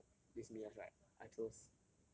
for this mid years right I chose